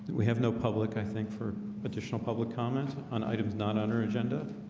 we have no public i think for additional public comments on items not on our agenda